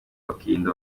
bakirinda